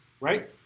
Right